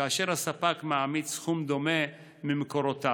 כאשר הספק מעמיד סכום דומה ממקורותיו,